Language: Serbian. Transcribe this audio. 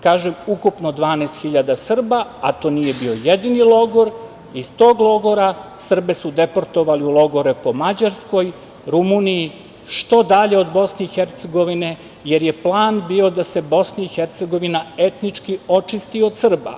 Kažem, ukupno 12.000 Srba, a to nije bio jedini logor i iz tog logora Srbe su deportovali u logore po Mađarskoj, Rumuniji, što dalje od BiH, jer je plan bio da se BiH etnički očisti od Srba.